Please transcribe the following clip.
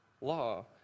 law